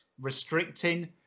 restricting